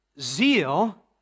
zeal